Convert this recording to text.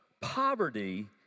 Poverty